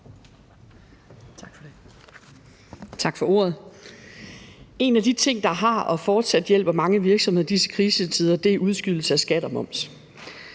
Tak for ordet. En af de ting, der har hjulpet og fortsat hjælper mange virksomheder i disse krisetider, er udskydelse af skat og moms.